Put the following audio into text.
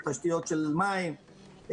מים,